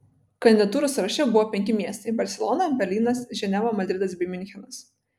kandidatūrų sąraše buvo penki miestai barselona berlynas ženeva madridas bei miunchenas